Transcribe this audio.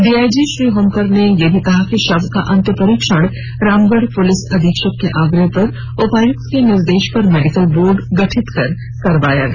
DIG Shri Homkar ने यह भी कहा कि शव का अंत्यपरीक्षण रामगढ़ पुलिस अधीक्षक के आग्रह पर उपायुक्त के निर्देश पर मेडिकल बोर्ड गठित कर करवाया गया